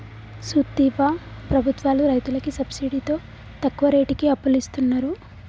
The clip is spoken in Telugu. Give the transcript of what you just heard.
సూత్తివా ప్రభుత్వాలు రైతులకి సబ్సిడితో తక్కువ రేటుకి అప్పులిస్తున్నరు